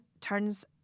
turns